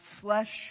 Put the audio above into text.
flesh